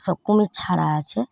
সব কুমির ছাড়া আছে